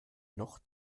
noch